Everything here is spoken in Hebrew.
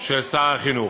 של שר החינוך.